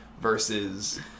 versus